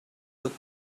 could